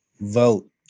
vote